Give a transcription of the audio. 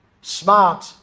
smart